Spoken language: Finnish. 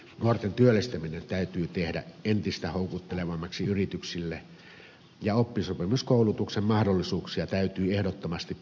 nuorten työllistäminen täytyy tehdä entistä houkuttelevammaksi yrityksille ja oppisopimuskoulutuksen mahdollisuuksia täytyy ehdottomasti parantaa